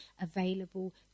available